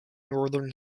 northern